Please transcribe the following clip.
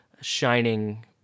shining